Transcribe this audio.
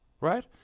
Right